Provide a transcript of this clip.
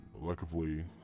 Luckily